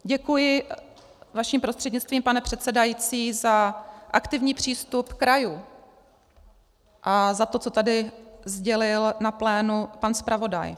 Děkuji vaším prostřednictvím, pane předsedající, za aktivní přístup krajů a za to, co tady sdělil na plénu pan zpravodaj.